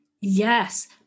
Yes